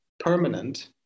permanent